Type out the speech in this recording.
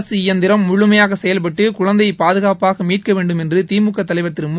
அரசு இயந்திரம் முழுமையாக செயல்பட்டு குழந்தையை பாதுகாப்பாக மீட்க வேண்டும் என்று திமுக தலைவர் திரு மு